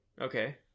Okay